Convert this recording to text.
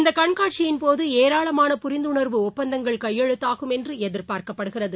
இந்த கண்காட்சியின் போது ஏராளமான புரிந்துணர்வு ஒப்பந்தங்கள் கையெழுத்தாகும் என்று எதிர்பார்க்கப்படுகிறது